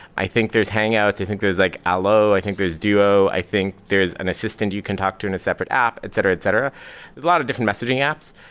i think there's hangouts, i think there's out like ah low, i think there's duo, i think there's an assistant you can talk to in a separate app, etc, etc. there's a lot of different messaging apps.